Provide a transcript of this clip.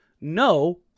no